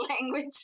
language